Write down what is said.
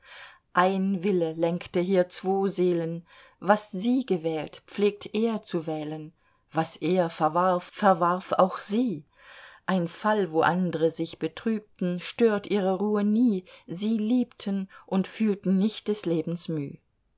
ein wille lenkte hier zwo seelen was sie gewählt pflegt er zu wählen was er verwarf verwarf auch sie ein fall wo andre sich betrübten stört ihre ruhe nie sie liebten und fühlten nicht des lebens müh